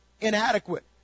inadequate